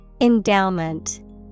Endowment